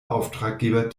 auftraggeber